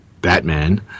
Batman